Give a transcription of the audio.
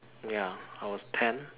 ya I was ten